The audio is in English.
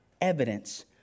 evidence